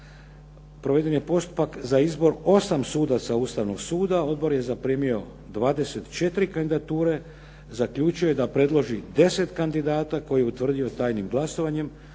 proveden je postupak za izbor 8 sudaca Ustavnog suda, odbor je zaprimio 24 kandidature, zaključuje da predloži 10 kandidata koje je utvrdio tajnim glasovanjem,